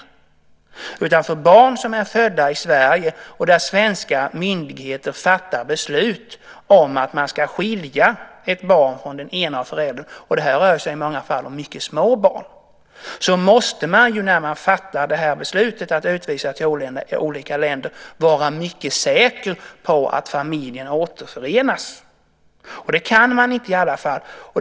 När det gäller barn som är födda i Sverige och där svenska myndigheter fattar beslut om att man ska skilja ett barn från den ena föräldern - och det här rör sig i många fall om mycket små barn - måste man ju när man fattar beslutet att utvisa till olika länder vara mycket säker på att familjen återförenas. Det kan man inte vara i alla fall.